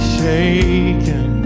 shaken